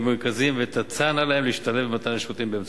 במרכזים ותצענה להם להשתלב במתן השירותים באמצעותן.